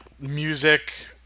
Music